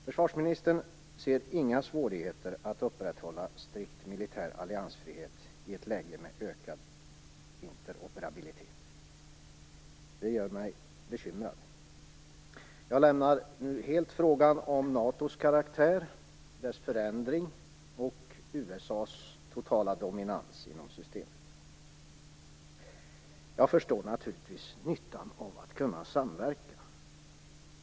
Försvarsministern ser inga svårigheter att upprätthålla strikt militär alliansfrihet i ett läge med ökad interoperabilitet. Det gör mig bekymrad. Jag lämnar helt frågan om NATO:s karaktär, dess förändring och USA:s totala dominans inom systemet. Jag förstår naturligtvis nyttan av att kunna samverka.